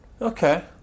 Okay